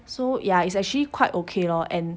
so it's actually quite okay lor and